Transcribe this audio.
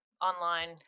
online